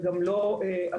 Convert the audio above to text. וגם לא התמריצים.